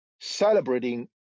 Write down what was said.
celebrating